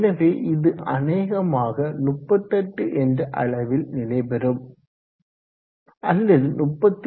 எனவே இது அநேகமாக 38 என்ற அளவில் நிலைபெறும் அல்லது 38